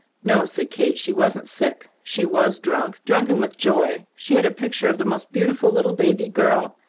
no, said kate, she wasn't sick. she was drunk, drunken with joy. she had a picture of the most beautiful little baby girl.